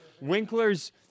Winkler's